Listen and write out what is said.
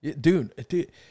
Dude